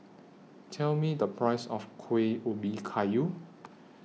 Tell Me The Price of Kuih Ubi Kayu